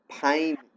pain